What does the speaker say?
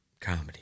Comedy